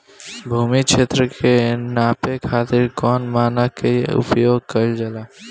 भूमि क्षेत्र के नापे खातिर कौन मानक के उपयोग कइल जाला?